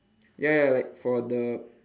ya ya like for the